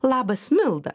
labas milda